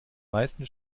meisten